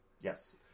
Yes